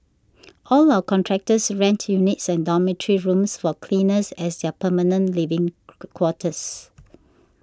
all our contractors rent units and dormitory rooms for cleaners as their permanent living quarters